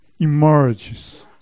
emerges